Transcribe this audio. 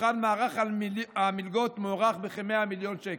ומתוכם מערך המלגות מוערך ב-100 מיליון שקל.